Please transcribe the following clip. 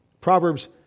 Proverbs